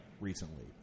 recently